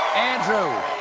andrew,